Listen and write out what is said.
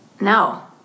no